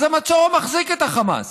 אז המצור מחזיק את החמאס.